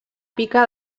pica